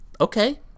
Okay